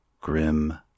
grim